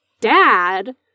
dad